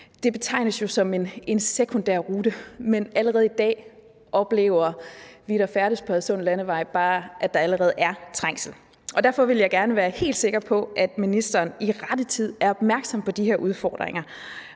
Det betegnes jo som en sekundær rute, men allerede i dag oplever vi, der færdes på Hadsund Landevej, bare, at der allerede er trængsel. Og derfor vil jeg gerne være helt sikker på, at ministeren i rette tid er opmærksom på de her udfordringer.